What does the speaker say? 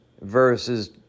verses